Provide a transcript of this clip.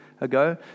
ago